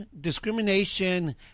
discrimination